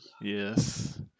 Yes